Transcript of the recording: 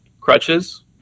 crutches